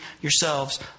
yourselves